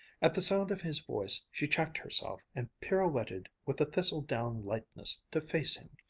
at the sound of his voice, she checked herself and pirouetted with a thistle-down lightness to face him.